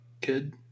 kid